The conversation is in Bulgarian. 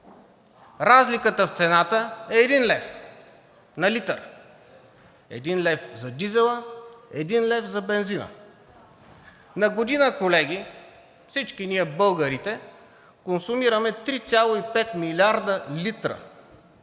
Разликата в цената е 1 лв. на литър – 1 лв. за дизела, 1 лв. за бензина. На година, колеги, всички ние, българите, консумираме 3,5 милиарда литра.